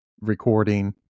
recording